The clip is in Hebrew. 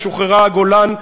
ושוחרר הגולן,